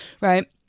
right